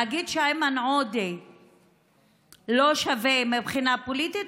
להגיד שאיימן עודה לא שווה מבחינה פוליטית